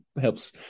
helps